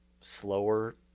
slower